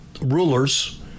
rulers